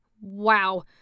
Wow